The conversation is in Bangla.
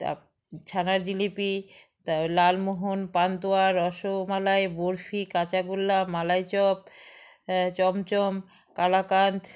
তা ছানার জিলিপি তার লালমোহন পান্তোয়া রসমালাই বরফি কাঁচাগোল্লা মালাইচপ চমচম কালাকাঁদ